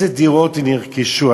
איזה דירות נרכשו.